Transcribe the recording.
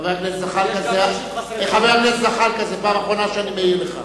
חבר הכנסת זחאלקה, זו הפעם האחרונה שאני מעיר לך.